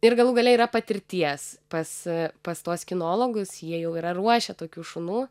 ir galų gale yra patirties pas pas tuos kinologus jie jau yra ruošę tokių šunų